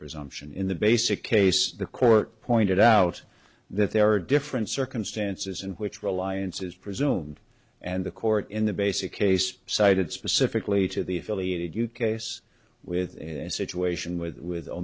presumption in the basic case the court pointed out that there are different circumstances in which reliance is presumed and the court in the basic case cited specifically to the affiliated you case with and situation with with